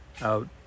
out